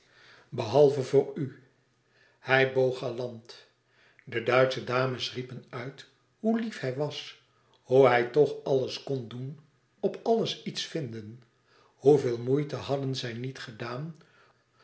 behalve voor u hij boog galant de duitsche dames riepen uit hoe lief hij was hoe hij toch alles kon doen op alles iets vinden hoeveel moeite hadden zij niet gedaan